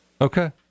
Okay